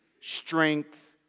strength